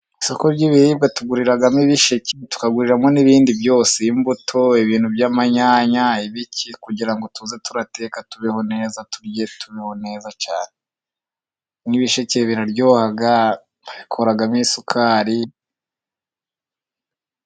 Isoko ry'ibiribwa tuguriramo ibisheke, tukaguriramo n'ibindi byose imbuto, ibintu by'amanyanya, ibiki, kugira ngo tujye duteka tubeho neza turye tubeho neza cyane. n'ibisheke biraryoha babikuramo isukari.